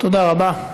תודה רבה.